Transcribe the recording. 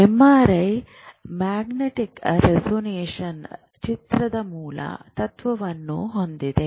MRI magnetic resonance ಚಿತ್ರಣದ ಮೂಲ ತತ್ವವನ್ನು ಹೊಂದಿದೆ